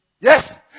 Yes